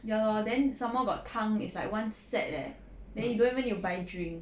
ya lor then some more got 汤 is like one set leh then you don't even need to buy drink